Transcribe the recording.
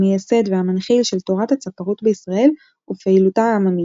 המייסד והמנחיל של תורת הצפרות בישראל ופעילותה העממית,